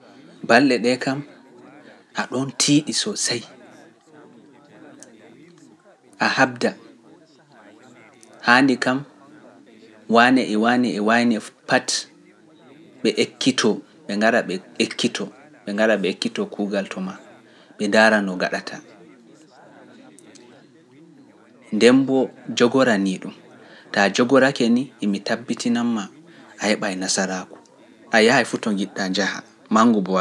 Balɗe ɗe kam a ɗon tiiɗi so sey a habda haandi kam wane e wane e wane pat ɓe ekkito ɓe gara ɓe ekkito ɓe gara ɓe ekkito kuugal to ma ɓe ndaarai ɗum, taa jogorake ni imi tabbitinan ma a heɓa e Nasaraaku, a yahay fu to njiɗɗaa njaha, manngu bo waɗa.